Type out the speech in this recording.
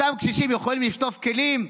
אותם קשישים יכולים לשטוף כלים?